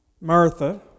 Martha